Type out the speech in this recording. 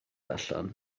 allan